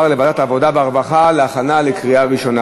לוועדת העבודה והרווחה להכנה לקריאה ראשונה.